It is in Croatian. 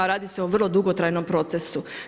Radi se o vrlo dugotrajnom procesu.